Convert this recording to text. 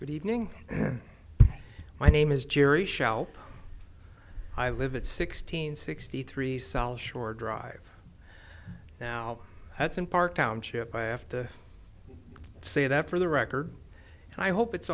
good evening and my name is jerry shall i live it sixteen sixty three sol shore drive now that's in park township i have to say that for the record i hope it's